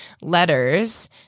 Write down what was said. letters